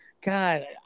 God